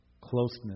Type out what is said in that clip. closeness